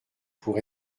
pour